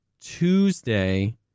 Tuesday